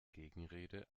gegenrede